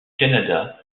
canada